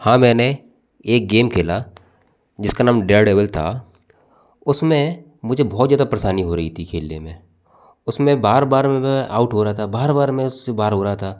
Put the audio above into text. हाँ मैंने एक गेम खेला जिसका नाम डेयरडेविल था उसमें मुझे बहुत ज़्यादा परेशानी हो रही थी खेलने में उसमें बार बार मैं आउट हो रहा था बार बार मैं उससे बाहर हो रहा था